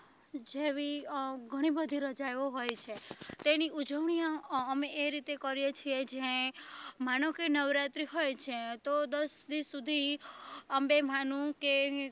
જેવી ઘણીબધી રજાઓ હોય છે તેની ઉજવણી અમે એ રીતે કરીએ છીએ જે માનો કે નવરાત્રી હોય છે તો દસ દી સુધી અંબેમાનું કે